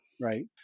right